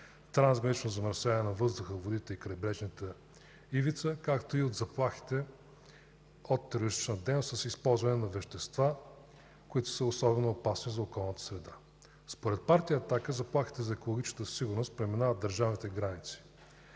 трансгранично замърсяване на въздуха, водите и крайбрежната ивица, както и от заплахите от терористична дейност с използване на вещества, които са особено опасни за околната среда. Според Партия „Атака” заплахите за екологичната сигурност преминават държавните граници